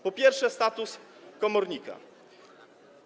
Po pierwsze, status komornika.